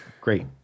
great